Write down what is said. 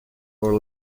our